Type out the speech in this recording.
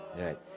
Right